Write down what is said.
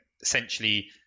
essentially